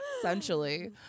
Essentially